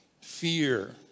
Fear